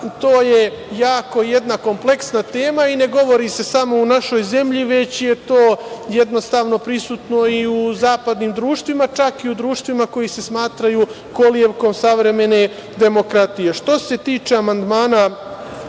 to je jako jedna kompleksna tema i ne govori se samo u našoj zemlji, već je to jednostavno prisutno i u zapadnim društvima, čak i u društvima koji se smatraju kolevkom savremene demokratije. Što se tiče amandmana